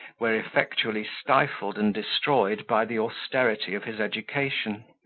were effectually stifled and destroyed by the austerity of his education.